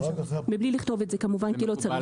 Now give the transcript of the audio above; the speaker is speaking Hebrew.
מבלי לכתוב את זה כמובן, כי לא צריך.